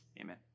Amen